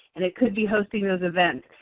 and it could be hosting those events.